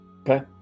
Okay